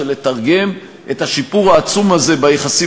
של תרגום השיפור העצום הזה ביחסים